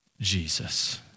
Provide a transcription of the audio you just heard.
Jesus